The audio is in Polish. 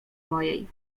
mojej